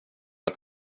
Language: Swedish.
att